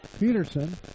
Peterson